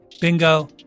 Bingo